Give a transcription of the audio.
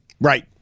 Right